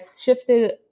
shifted